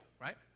right